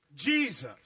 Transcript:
Jesus